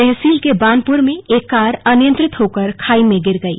तहसील के बानपुर में एक कार अनियंत्रित होकर खाई में गिर गई